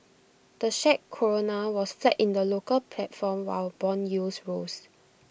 the Czech Koruna was flat in the local platform while Bond yields rose